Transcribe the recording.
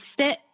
sit